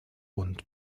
und